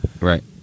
Right